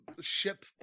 ship